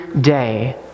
day